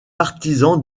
partisan